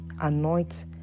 anoint